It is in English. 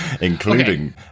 Including